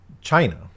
China